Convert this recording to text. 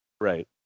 Right